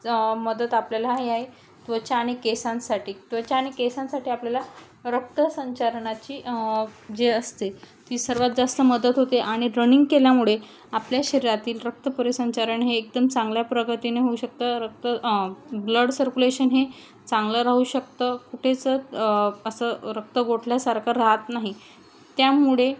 मदत आपल्याला ही आहे त्वचा आणि केसांसाठी त्वचा आणि केसांसाठी आपल्याला रक्त संचारणाची जी असते ती सर्वात जास्त मदत होते आणि रनिंग केल्यामुळे आपल्या शरीरातील रक्त परिसंचारण हे एकदम चांगल्या प्रगतीने होऊ शकतं रक्त ब्लड सर्क्युलेशन हे चांगलं राहू शकतं कुठेच असं रक्त गोठल्यासारखं राहत नाही त्यामुळे